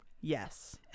yes